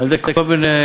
על-ידי כל מיני